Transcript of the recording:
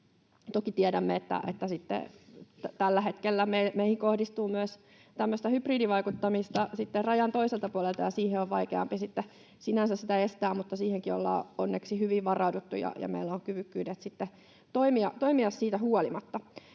Toki tiedämme, että tällä hetkellä meihin kohdistuu myös tämmöistä hybridivaikuttamista sitten rajan toiselta puolelta, ja sitä on vaikeampi sinänsä estää, mutta siihenkin ollaan onneksi hyvin varauduttu ja meillä on kyvykkyydet sitten toimia siitä huolimatta.